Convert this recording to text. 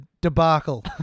debacle